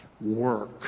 Work